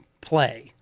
play